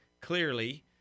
clearly